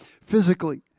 physically